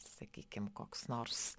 sakykim koks nors